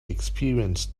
experienced